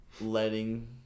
letting